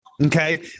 Okay